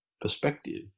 perspective